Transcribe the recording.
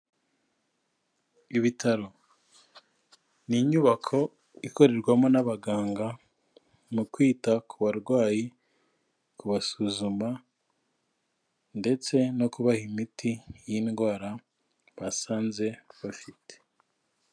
Ibitaro, ni inyubako ikorerwamo n'abaganga mu kwita ku barwayi, kubasuzuma, ndetse no kubaha imiti y'indwara basanze bafite.